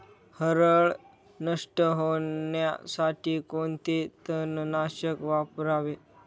हरळ नष्ट होण्यासाठी कोणते तणनाशक वापरावे?